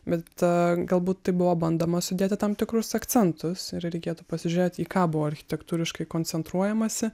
bet galbūt tai buvo bandoma sudėti tam tikrus akcentus ir reikėtų pasižiūrėti į ką buvo architektūriškai koncentruojamasi